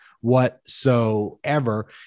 whatsoever